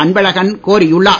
அன்பழகன் கோரியுள்ளார்